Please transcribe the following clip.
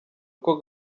uko